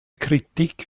kritik